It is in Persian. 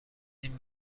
این